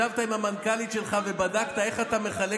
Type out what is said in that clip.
ישבת עם המנכ"לית שלך ובדקת איך אתה מחלק